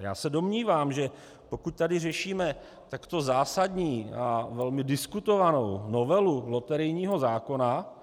Já se domnívám, že pokud tady řešíme takto zásadní a velmi diskutovanou novelu loterijního zákona,